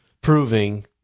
proving